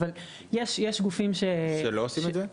ולא עושים את זה?